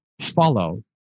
follow